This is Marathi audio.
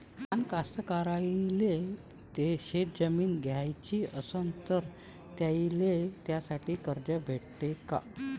लहान कास्तकाराइले शेतजमीन घ्याची असन तर त्याईले त्यासाठी कर्ज भेटते का?